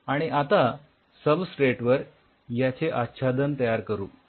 आणि आता सबस्ट्रेट वर याचे आच्छादन तयार करू